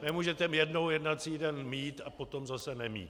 Nemůžete jednou jednací den mít a potom zase nemít.